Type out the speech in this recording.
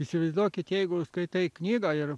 įsivaizduokit jeigu skaitai knygą ir